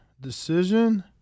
Decision